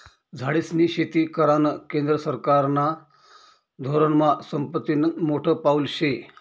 झाडेस्नी शेती करानं केंद्र सरकारना धोरनमा संपत्तीनं मोठं पाऊल शे